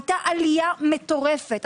הייתה עלייה מטורפת.